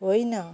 होइन